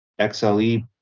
xle